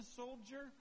soldier